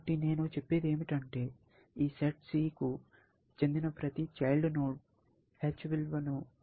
కాబట్టి నేను చెప్పేది ఏమిటంటే ఈ సెట్ సి కు చెందిన ప్రతి చైల్డ్ నోడ్ h విలువలను లెక్కించండి